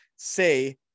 say